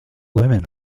women